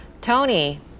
Tony